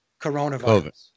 coronavirus